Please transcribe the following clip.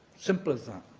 simple as that.